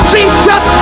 Jesus